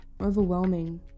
Overwhelming